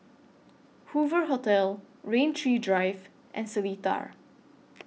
Hoover Hotel Rain Tree Drive and Seletar